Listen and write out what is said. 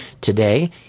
today